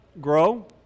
grow